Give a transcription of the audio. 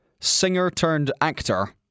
singer-turned-actor